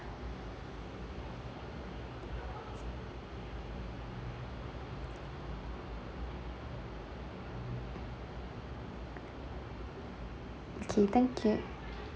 okay thank you